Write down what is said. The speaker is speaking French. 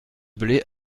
blais